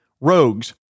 Rogues